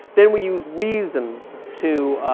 then we use reason to,